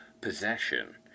possession